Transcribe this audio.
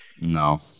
No